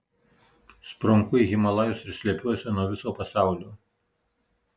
sprunku į himalajus ir slepiuosi nuo viso pasaulio